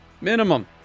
Minimum